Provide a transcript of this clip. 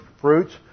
fruits